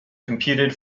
competed